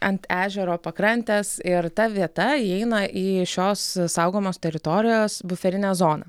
ant ežero pakrantės ir ta vieta įeina į šios saugomos teritorijos buferinę zoną